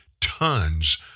tons